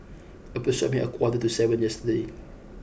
approximately a quarter to seven yesterday